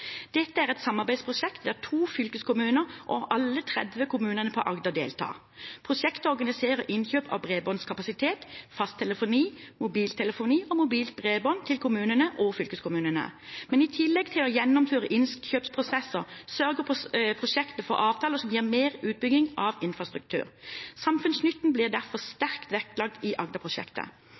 Dette er et samarbeidsprosjekt, der to fylkeskommuner og alle 30 kommunene i Agder deltar. Prosjektet organiserer innkjøp av bredbåndskapasitet, fasttelefoni, mobiltelefoni og mobilt bredbånd til kommunene og fylkeskommunene. I tillegg til å gjennomføre innkjøpsprosesser, sørger prosjektet for avtaler som gir mer utbygging av infrastruktur. Samfunnsnytten blir derfor sterkt vektlagt i